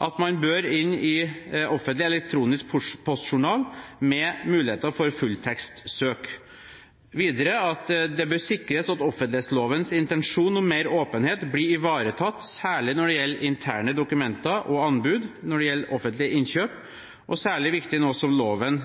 at man bør inn i Offentlig elektronisk postjournal med muligheter for fulltekstsøk, og at det bør sikres at offentlighetslovens intensjon om mer åpenhet blir ivaretatt, særlig når det gjelder interne dokumenter og anbud når det gjelder offentlige innkjøp. Det er særlig viktig nå som loven